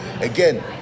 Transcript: again